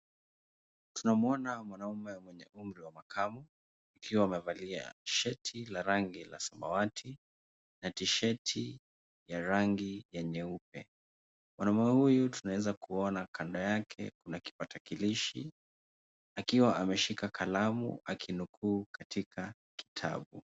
Tunamwona mwanamme mwenye umri wa makamu akiwa amevalia shati la rangi la samawati na tisheti ya rangi ya nyeupe. Mwanamme huyu tunaweza kuona kando yake kuna kipatakilishi akiwa ameshika kalamu akinukuu katika kitabu.